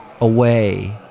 away